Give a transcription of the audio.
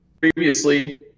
Previously